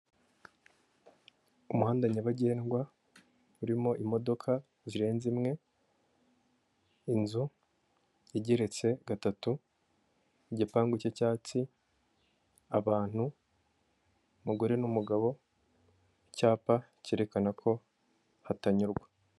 Umuhanda nyabagendwa urimo imodoka zirenze imwe. Inzu igeretse gatatu igipangu cyicyatsi. Abantu, umugore n'umugabo, icyapa cyerekana ko hatanyurwa.